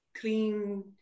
clean